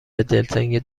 دلتنگ